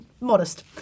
modest